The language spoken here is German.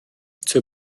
zur